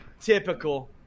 Typical